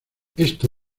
esto